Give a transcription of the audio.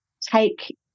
take